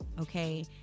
Okay